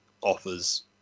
offers